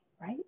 Right